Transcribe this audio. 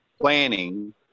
planning